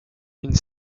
une